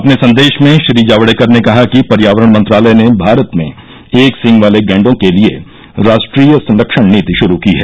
अपने संदेश में श्री जावड़ेकर ने कहा कि पर्यावरण मंत्रालय ने भारत में एक सींग वाले गैंडों के लिए राष्ट्रीय संरक्षण नीति शुरू की है